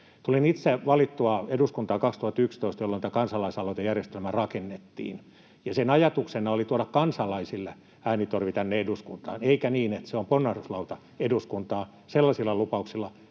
Tulin itse valituksi eduskuntaan 2011, jolloin tämä kansalaisaloitejärjestelmä rakennettiin, ja sen ajatuksena oli tuoda kansalaisille äänitorvi tänne eduskuntaan, eikä niin, että se on ponnahduslauta eduskuntaan sellaisilla lupauksilla,